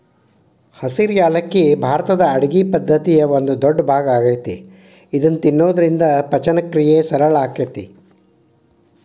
ಹಸಿರು ಯಾಲಕ್ಕಿ ಭಾರತದ ಅಡುಗಿ ಪದ್ದತಿಯ ಒಂದ ದೊಡ್ಡಭಾಗ ಆಗೇತಿ ಇದನ್ನ ತಿನ್ನೋದ್ರಿಂದ ಪಚನಕ್ರಿಯೆ ಸರಳ ಆಕ್ಕೆತಿ